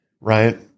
Right